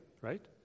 right